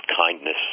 kindness